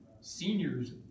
Seniors